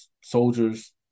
soldiers